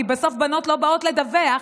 כי בסוף בנות לא באות לדווח.